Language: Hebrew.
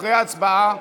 אחרי ההצבעה.